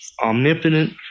omnipotent